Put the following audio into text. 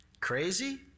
Crazy